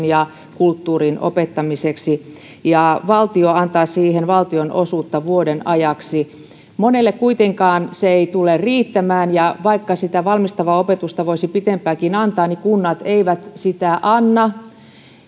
ja kulttuurin opettamiseksi ja valtio antaa siihen valtionosuutta vuoden ajaksi monelle kuitenkaan se ei tule riittämään ja vaikka sitä valmistavaa opetusta voisi pitempäänkin antaa niin kunnat eivät sitä anna